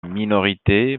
minorité